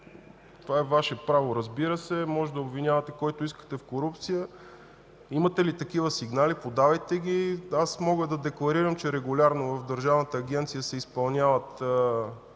Това е Ваше право, разбира се, може да обвинявате когото искате в корупция. Имате ли такива сигнали, подавайте ги. Аз мога да декларирам, че регулярно в Държавната агенция се изпълняват